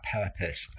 purpose